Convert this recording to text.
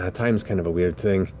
ah time's kind of a weird thing,